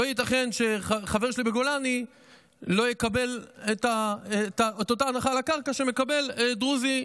לא ייתכן שחבר שלי בגולני לא יקבל את אותה הנחה על הקרקע שמקבל דרוזי,